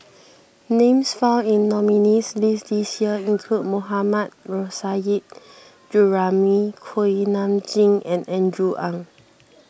names found in nominees' list this year include Mohammad Nurrasyid Juraimi Kuak Nam Jin and Andrew Ang